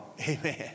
Amen